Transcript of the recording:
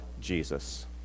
Jesus